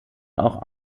auch